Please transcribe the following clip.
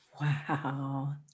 Wow